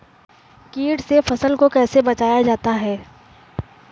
कीट से फसल को कैसे बचाया जाता हैं?